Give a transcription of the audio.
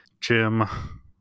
Jim